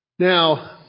Now